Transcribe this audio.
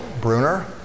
Bruner